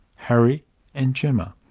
harry and gemma.